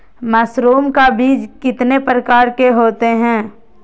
Mushroom का बीज कितने प्रकार के होते है?